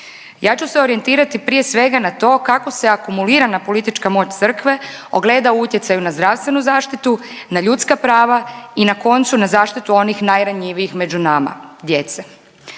Ja ću se orijentirati, prije svega na to kako se akumulirana politička moć Crkve ogleda u utjecaju na zdravstvenu zaštitu, na ljudska prava i na koncu, na zaštitu onih najranjivijih među nama, djece.